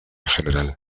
general